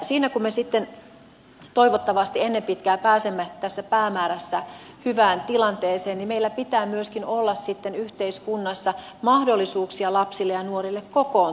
kun me toivottavasti ennen pitkää pääsemme tässä päämäärässä hyvään tilanteeseen meillä pitää myöskin olla sitten yhteiskunnassa mahdollisuuksia lapsille ja nuorille kokoontua